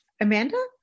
Amanda